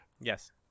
Yes